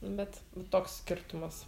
nu bet toks skirtumas